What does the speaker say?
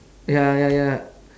ya ya ya